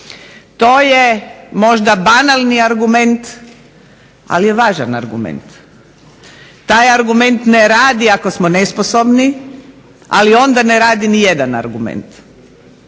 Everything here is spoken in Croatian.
To je možda banalni argument, ali je važan argument. Taj argument ne radi ako smo nesposobni, ali onda ne radi nijedan argument.